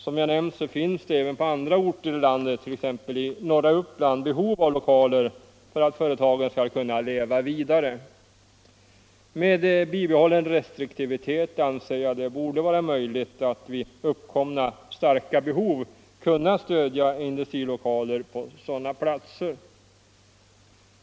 Som jag nämnt finns det även på andra orter i landet, exempelvis i norra Uppland, behov av lokaler för att företagen skall kunna leva vidare. Jag anser att det med bibehållen restriktivitet borde vara möjligt att vid uppkomna starka behov av anläggningar kunna stödja uppförandet av industrilokaler på sådana platser.